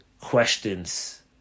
questions